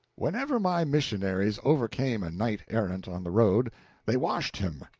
whenever my missionaries overcame a knight errant on the road they washed him,